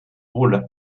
rôle